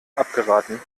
abgeraten